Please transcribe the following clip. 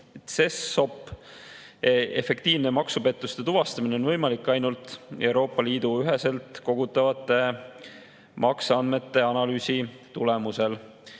CESOP. Efektiivne maksupettuste tuvastamine on võimalik ainult Euroopa Liidu üheselt kogutavate makseandmete analüüsi tulemusel.